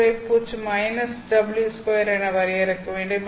உறைப்பூச்சு w2 என வரையறுக்க வேண்டும்